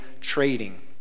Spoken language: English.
trading